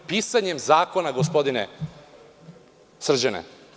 Pisanjem zakona gospodine Srđane.